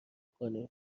کنیم